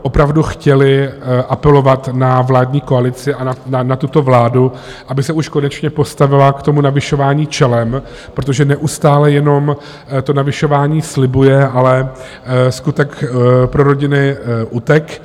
Opravdu bychom chtěli apelovat na vládní koalici a na tuto vládu, aby se už konečně postavila k tomu navyšování čelem, protože neustále jenom to navyšování slibuje, ale skutek pro rodiny utek.